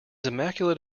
immaculate